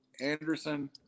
Anderson